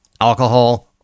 alcohol